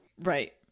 Right